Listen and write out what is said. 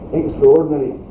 extraordinary